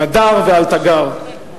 על הדר ועל תגר.